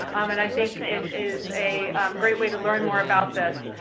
and i think it is a great way to learn more about this.